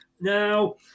Now